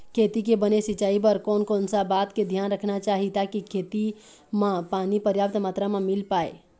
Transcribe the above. खेती के बने सिचाई बर कोन कौन सा बात के धियान रखना चाही ताकि खेती मा पानी पर्याप्त मात्रा मा मिल पाए?